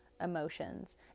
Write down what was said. emotions